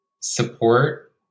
support